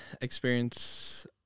experience